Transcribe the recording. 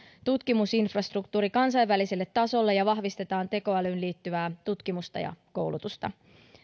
tutkimusinfrastruktuuri kansainväliselle tasolle ja vahvistetaan tekoälyyn liittyvää tutkimusta ja koulutusta